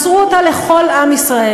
מסרו אותה לכל עם ישראל,